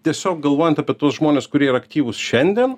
tiesiog galvojant apie tuos žmones kurie yra aktyvūs šiandien